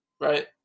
Right